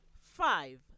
five